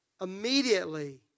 Immediately